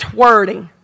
wording